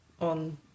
on